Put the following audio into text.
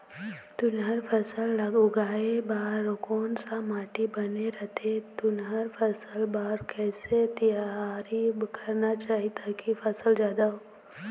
तुंहर फसल उगाए बार कोन सा माटी बने रथे तुंहर फसल बार कैसे तियारी करना चाही ताकि फसल जादा हो?